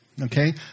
okay